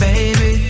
Baby